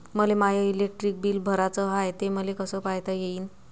मले my electric bill भराचं हाय, ते मले कस पायता येईन?